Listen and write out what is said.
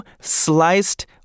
Sliced